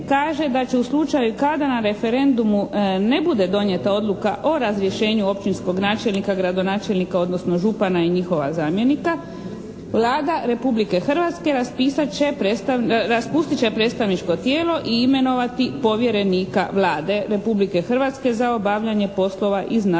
kaže da će u slučaju kada na referendumu ne bude donijeta Odluka o razrješenju općinskog načelnika, gradonačelnika odnosno župana i njihova zamjenika, Vlada Republike Hrvatske raspustit će predstavničko tijelo i imenovati povjerenika Vlade Republike Hrvatske za obavljanje poslova iz nadležnosti